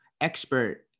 expert